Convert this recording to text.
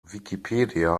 wikipedia